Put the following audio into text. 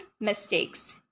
mistakes